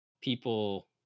people